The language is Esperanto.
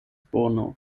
bono